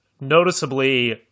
noticeably